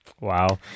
wow